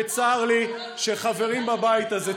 וצר לי שחברים בבית הזה,